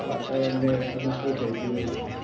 વાતાવરણને અનુકૂળ રહેતી હોય છે